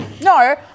No